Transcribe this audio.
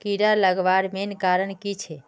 कीड़ा लगवार मेन कारण की छे?